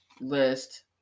list